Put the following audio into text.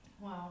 Wow